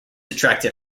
attracted